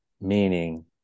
meaning